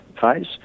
phase